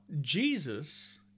Jesus